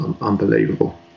unbelievable